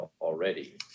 already